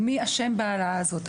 או מי אשם בהעלאה הזאת,